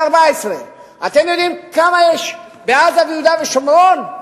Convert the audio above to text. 14. אתם יודעים כמה יש בעזה וביהודה ושומרון?